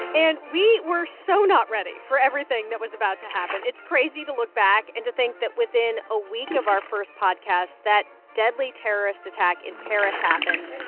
and we were so not ready for everything that was about to happen. it's crazy to look back and to think that within a week of our first podcast, that deadly terrorist attack in paris happened.